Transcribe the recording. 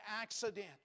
accident